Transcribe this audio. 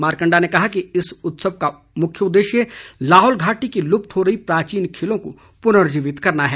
मारकंडा ने कहा कि इस उत्सव का मुख्य उदेदश्य लाहौल घाटी की लुप्त हो रही प्राचीन खेलों को पुनर्जीवित करना है